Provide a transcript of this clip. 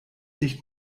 nicht